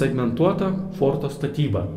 segmentuota forto statyba